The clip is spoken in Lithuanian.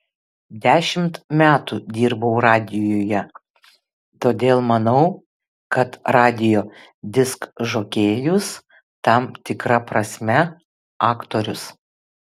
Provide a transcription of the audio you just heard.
dešimt metų dirbau radijuje todėl manau kad radijo diskžokėjus tam tikra prasme aktorius